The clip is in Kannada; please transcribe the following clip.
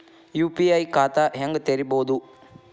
ಯು.ಪಿ.ಐ ಖಾತಾ ಹೆಂಗ್ ತೆರೇಬೋದು?